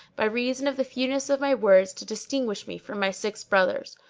by reason of the fewness of my words, to distinguish me from my six brothers.